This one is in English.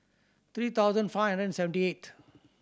three thousand five hundred and seventy eight